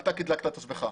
אתה קטלגת את עצמך.